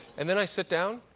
and then i sit down.